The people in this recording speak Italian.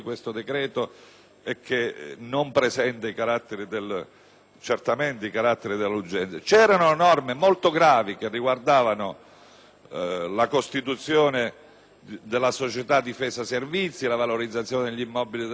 e che non presenta certamente i caratteri dell'urgenza. Vi erano norme molto gravi, che riguardavano la costituzione della società Difesa Servizi, la valorizzazione degli immobili della Difesa,